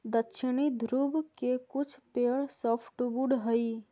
दक्षिणी ध्रुव के कुछ पेड़ सॉफ्टवुड हइ